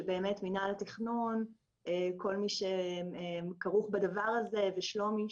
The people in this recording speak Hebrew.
שבאמת מינהל התכנון וכל מי שכרוך בדבר הזה ושלומי,